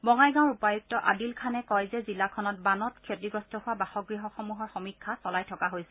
বঙাইগাঁৱৰ উপায়ুক্ত আদিল খানে কয় যে জিলাখনত বানত ক্ষতিগ্ৰস্ত হোৱা বাসগৃহসমূহৰ সমীক্ষা চলাই থকা হৈছে